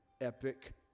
epic